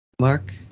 mark